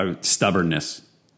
stubbornness